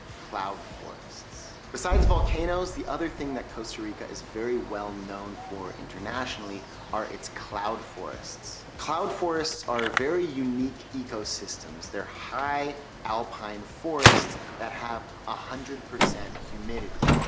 cloud forests. besides volcanoes the other thing that costa rica is very well known for internationally are its cloud forests cloud forests are very unique ecosystems they're high alpine forests that have a hundred percent humidity.